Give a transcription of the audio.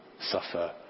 suffer